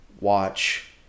watch